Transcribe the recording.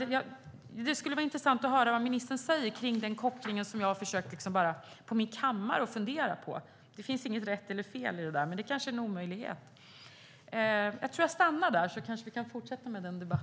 Det vore intressant att höra vad ministern säger om den koppling som jag bara har funderat ut på min kammare. Det finns inget rätt eller fel i detta, men det är kanske en omöjlighet.